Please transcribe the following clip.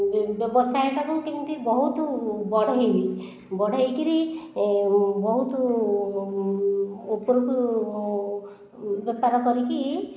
ବ୍ୟବସାୟଟାକୁ କେମିତି ବହୁତ ବଢ଼େଇବି ବଢ଼େଇକରି ବହୁତ ଉପରକୁ ବେପାର କରିକି